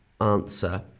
answer